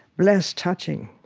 bless touching.